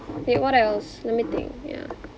wait what else let me think ya